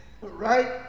Right